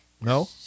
no